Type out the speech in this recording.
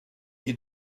est